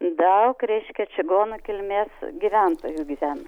daug reiškia čigonų kilmės gyventojų gyvena